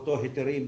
באותם היתרים,